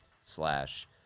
slash